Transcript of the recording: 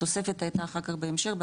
התוספת הייתה אחר כך בהמשך,